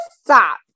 stop